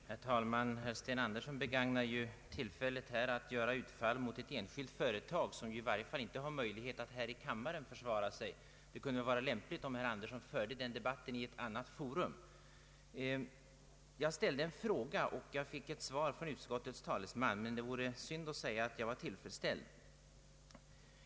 Herr talman! Herr Sten Andersson begagnar tillfället att göra utfall mot ett enskilt företag, som i varje fall inte har möjlighet att här i kammaren försvara sig. Det vore lämpligt att herr Andersson förde den debatten i ett annat forum. Jag ställde en fråga och fick ett svar från utskottets talesman, men det vore synd att säga att jag är tillfredsställd.